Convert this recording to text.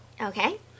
Okay